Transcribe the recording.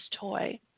toy